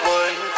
one